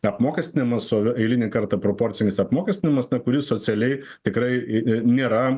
apmokestinimas o o eilinį kartą proporcinis apmokestinimas na kuris socialiai tikrai nėra